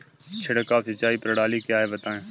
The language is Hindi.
छिड़काव सिंचाई प्रणाली क्या है बताएँ?